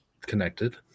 connected